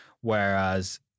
Whereas